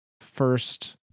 first